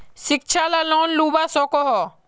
शिक्षा ला लोन लुबा सकोहो?